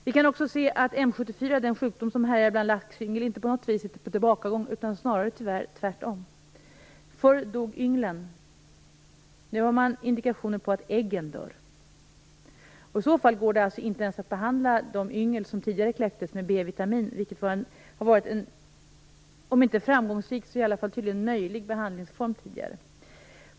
Vi kan också se att M 74, den sjukdom som härjar bland laxyngel, inte på något vis är på tillbakagång, utan tyvärr snarare tvärtom. Förr dog ynglen, och nu finns det indikationer på att äggen dör. I så fall går det alltså inte ens att behandla de yngel som tidigare kläcktes med B-vitamin, vilket har varit en om inte framgångsrik så tydligen i alla fall möjlig behandlingsform tidigare.